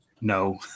No